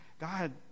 God